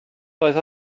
doedd